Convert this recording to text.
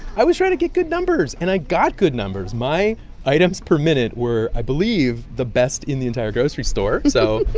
i was trying to get good numbers. and i got good numbers. my items per minute were, i believe, the best in the entire grocery store, so.